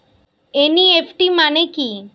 NEFT মনে কি?